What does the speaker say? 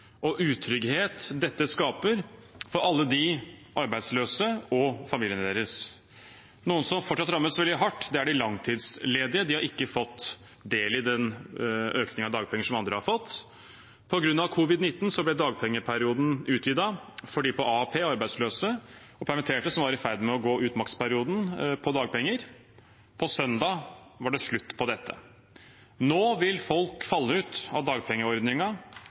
og utrygghet dette skaper for alle de arbeidsløse og familiene deres. Noen som fortsatt rammes veldig hardt, er de langtidsledige. De har ikke fått del i den økningen i dagpenger som andre har fått. På grunn av covid-19 ble dagpengeperioden utvidet for dem på AAP, arbeidsløse og permitterte som var i ferd med å gå ut maksperioden på dagpenger. Søndag var det slutt på dette. Nå vil folk falle ut av